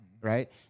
right